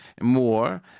more